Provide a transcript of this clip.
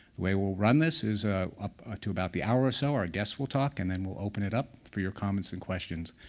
the way we'll run this is ah up to about the hour or so, our guests will talk, and then we'll open it up for your comments and questions.